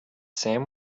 sam